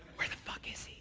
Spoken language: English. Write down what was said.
where the fuck is